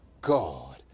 God